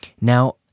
Now